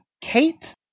kate